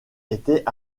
était